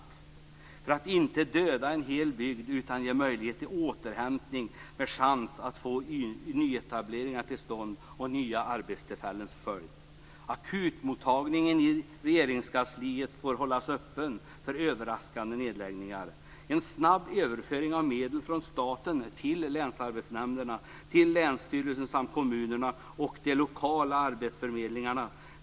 Det krävs för att inte döda en hel bygd utan ge möjlighet till återhämtning med chans för att få nyetableringar till stånd med nya arbetstillfällen som följd. Akutmottagningen i Regeringskansliet bör hållas öppen vid överraskande nedläggningar. Det behövs en snabb överföring av medel från staten till länsarbetsnämnderna och länsstyrelsen samt till kommunen och de lokala arbetsförmedlingarna.